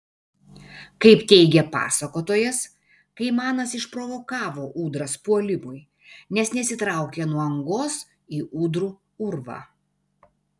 kaip teigia pasakotojas kaimanas išprovokavo ūdras puolimui nes nesitraukė nuo angos į ūdrų urvą